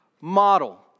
model